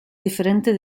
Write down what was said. diferente